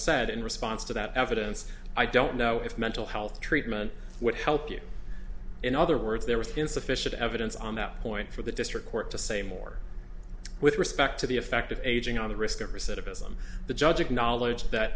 said in response to that evidence i don't know if mental health treatment would help you in other words there was insufficient evidence on that point for the district court to say more with respect to the effect of aging on the risk of recidivism the judge acknowledged that